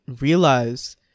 realize